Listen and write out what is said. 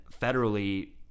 federally